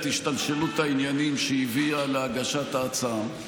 השתלשלות העניינים שהביאה להגשת ההצעה.